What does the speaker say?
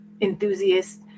enthusiasts